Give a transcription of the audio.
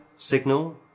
signal